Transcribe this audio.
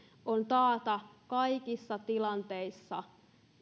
on taata kaikissa tilanteissa